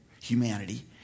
humanity